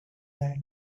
that